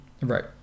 right